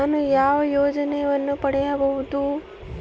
ನಾನು ಯಾವ ಯೋಜನೆಯನ್ನು ಪಡೆಯಬಹುದು?